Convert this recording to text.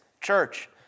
church